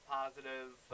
positive